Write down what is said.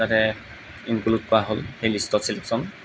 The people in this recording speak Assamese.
তাতে ইনক্লোড কৰা হ'ল সেই লিষ্টত চিলেকশ্যন